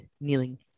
kneeling